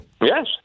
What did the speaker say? Yes